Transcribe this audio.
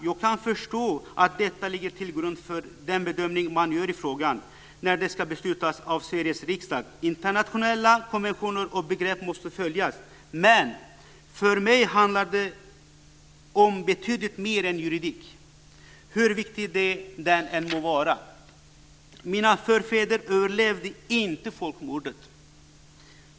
Jag kan förstå att detta ligger till grund för den bedömning man gör i frågan när Sveriges riksdag ska fatta beslut. Internationella konventioner och begrepp måste följas, men för mig handlar det om betydligt mer än juridik, hur viktig den än må vara. Mina förfäder överlevde inte folkmordet.